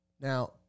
Now